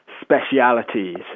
specialities